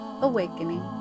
Awakening